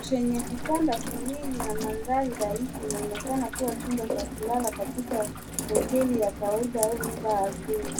Chenye vitanda viwili na maandari rahizi inaonekana kuwa jumba cha kulala katika hoteli ya kawaida au nyumba aridhini.